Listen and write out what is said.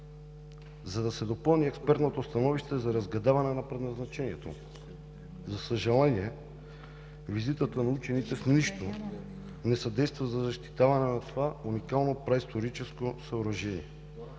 за да се допълни експертното становище за разгадаване на предназначението му. За съжаление, визитата на учените с нищо не съдейства за защитаване на това уникално праисторическо съоръжение.